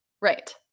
Right